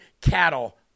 cattle